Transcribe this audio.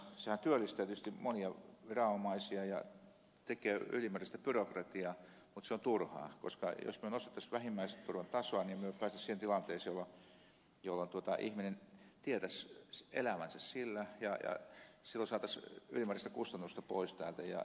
sehän työllistää tietysti monia viranomaisia ja tekee ylimääräistä byrokratiaa mutta se on turhaa koska jos me nostettaisiin vähimmäisturvan tasoa niin me päästäisiin siihen tilanteeseen jolloin ihminen tietäisi elävänsä sillä ja silloin saataisiin ylimääräistä kustannusta pois täältä